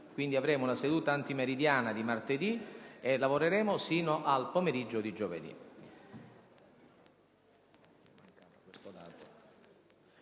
Quindi, avremo una seduta antimeridiana di martedì e lavoreremo sino al pomeriggio di giovedì.